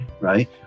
right